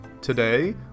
Today